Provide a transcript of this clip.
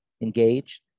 engaged